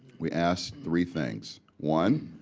we ask three things one,